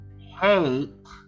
hate